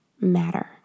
matter